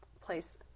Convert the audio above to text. place